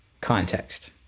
context